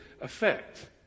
effect